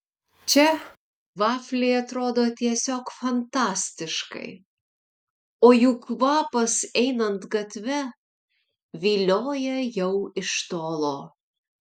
čia vafliai atrodo tiesiog fantastiškai o jų kvapas einant gatve vilioja jau iš tolo